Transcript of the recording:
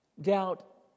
Doubt